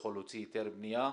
יוכל להוציא היתר בניה.